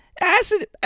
Acid